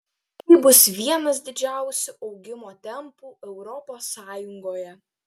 tai bus vienas didžiausių augimo tempų europos sąjungoje